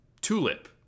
tulip